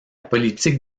politique